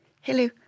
hello